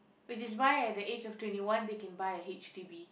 which is why at the age of twenty one they can buy a H_D_B